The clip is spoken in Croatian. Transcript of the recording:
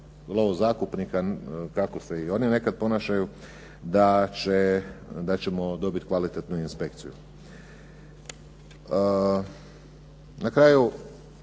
lovozakupnika kako se i oni nekad ponašaju, da ćemo dobiti kvalitetnu inspekciju. Na kraju